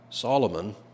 Solomon